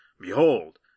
Behold